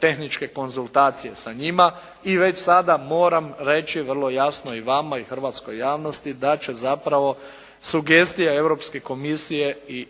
tehničke konzultacije sa njima i već sada moram reći vrlo jasno i vama i hrvatskoj javnosti da će zapravo sugestija Europske komisije ići